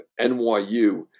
NYU